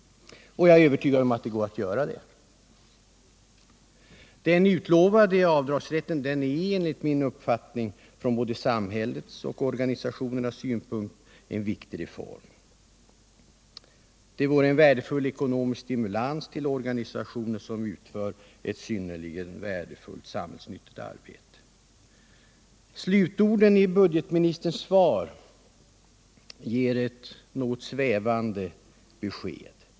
och jag är övertygad om att det går att klara dem. Den utlovade avdragsrätten är enligt min uppfattning från både samhällets och organisationernas synpunkt en viktig reform. Den skulle vara en värdefull stimulans till de organisationer som utför ett synnerligen samhällsnyttigt arbete. Slutorden i budgetministerns svar ger eu något svävande besked.